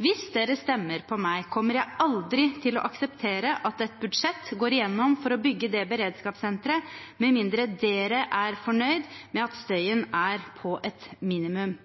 Hvis dere stemmer på meg, kommer jeg aldri til å akseptere at et budsjett går igjennom for å bygge det beredskapssenteret, med mindre dere er fornøyd med at støyen er på et minimum.